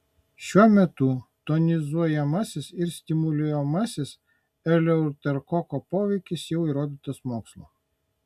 šiuo metu tonizuojamasis ir stimuliuojamasis eleuterokoko poveikis jau įrodytas mokslo